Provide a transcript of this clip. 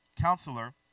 counselor